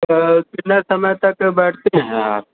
तो कितने समय तक बैठती हैं आप